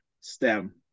STEM